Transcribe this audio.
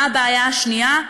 מה הבעיה השנייה?